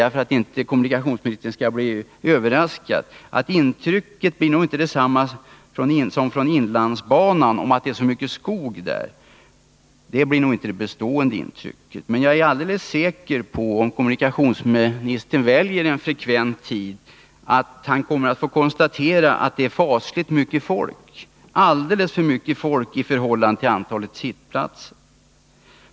För att inte kommunikationsministern skall bli överraskad vill jag påpeka att det bestående intrycket nog inte blir detsamma som från inlandsbanan, att det är så mycket skog där. Men om kommunikationsministern väljer en frekvent tid, är jag alldeles säker på att han kommer att få konstatera att det är fasligt mycket folk, alldeles för mycket folk i förhållande till antalet sittplatser.